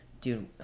Dude